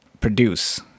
produce